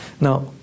Now